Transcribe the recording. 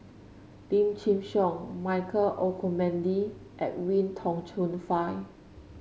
Lim Chin Siong Michael Olcomendy and Edwin Tong Chun Fai